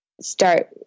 start